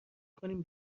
کنیم